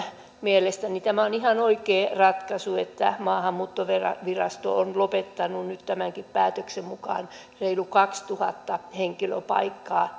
mielestäni tämä on ihan oikea ratkaisu että maahanmuuttovirasto on lopettanut nyt tämänkin päätöksen mukaan reilut kaksituhatta henkilöpaikkaa